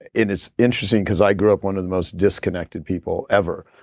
it is interesting because i grew up one of the most disconnected people ever.